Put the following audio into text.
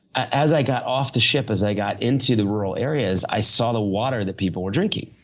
as i got off the ship, as i got into the rural areas, i saw the water that people were drinking.